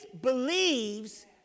believes